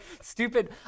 stupid